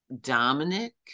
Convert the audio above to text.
Dominic